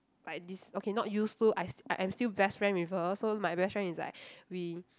like this okay not used to I I am still best friend with her so my best friend is like we